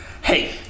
Hey